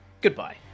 Goodbye